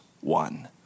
one